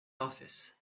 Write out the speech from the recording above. office